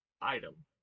item